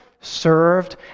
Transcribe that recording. served